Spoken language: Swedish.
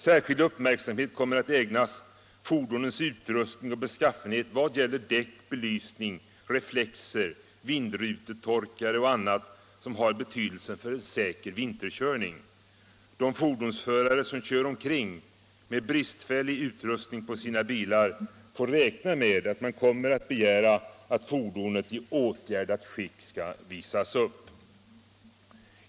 Särskild uppmärksamhet kommer att ägnas fordonens utrustning och beskaffenhet vad gäller däck, belysning, reflexer, vindrutetorkare och annat som har betydelse för säker vinterkörning. De fordonsförare som kör omkring med bristfällig utrustning på sina bilar får räkna med att man kommer att begära att fordonet skall visas upp i åtgärdat skick.